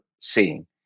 seeing